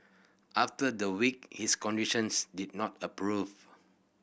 after the week his conditions did not a prove